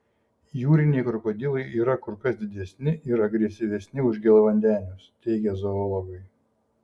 jūriniai krokodilai yra kur kas didesni ir agresyvesni už gėlavandenius teigia zoologai